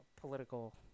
political